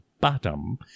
Bottom